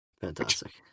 Fantastic